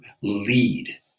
lead